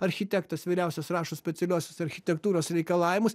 architektas vyriausias rašo specialiuosius architektūros reikalavimus